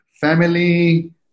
family